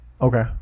Okay